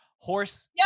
Horse